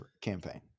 campaign